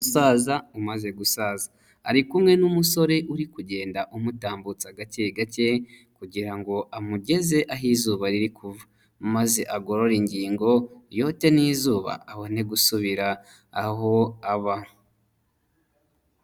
Umusaza umaze gusaza. Ari kumwe n'umusore uri kugenda umutambutsa gake gake kugira ngo amugeze aho izuba riri kuva, maze agorore ingingo yote n'izuba abone gusubira aho aba.